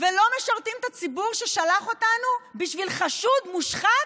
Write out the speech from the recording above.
ולא משרתים את הציבור ששלח אותנו בשביל חשוד מושחת?